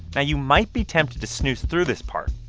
now, you might be tempted to snooze through this part.